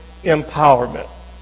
empowerment